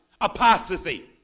Apostasy